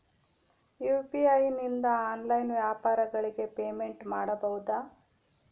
UPI ನಿಂದ online ವ್ಯಾಪಾರಗಳಿಗೆ payment ಮಾಡಬಹುದಾ?